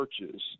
churches